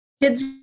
kids